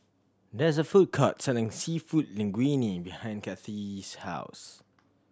there is a food court selling Seafood Linguine behind Kathie's house